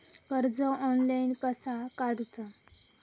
कर्ज ऑनलाइन कसा काडूचा?